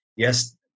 Yes